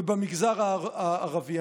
ובמגזר הערבי.